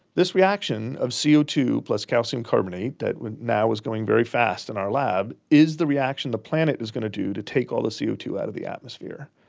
this reaction of c o two plus calcium carbonate that now is going very fast in our lab is the reaction the planet is going to do to take all the c o two out of the atmosphere.